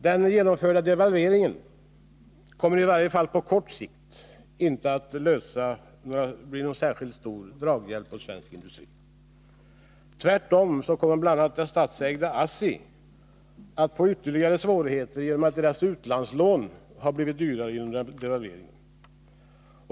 Den genomförda devalveringen kommer i varje fall på kort sikt inte att ge någon draghjälp åt svensk industri. Tvärtom kommer bl.a. det statsägda ASSI att få ytterligare svårigheter genom att deras utlandslån har blivit dyrare genom devalveringen.